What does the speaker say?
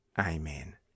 Amen